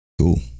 Cool